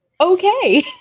Okay